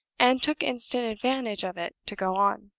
and took instant advantage of it to go on.